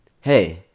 hey